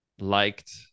liked